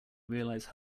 realize